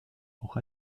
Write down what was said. auch